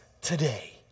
today